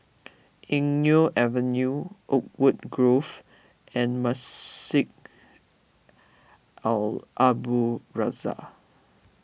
Eng Neo Avenue Oakwood Grove and Masjid Al Abdul Razak